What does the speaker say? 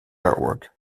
artwork